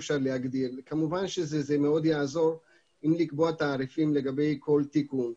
כמובן שזה מאוד יעזור אם ייקבעו תעריפים לגבי כל תיקון.